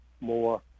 more